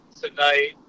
tonight